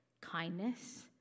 kindness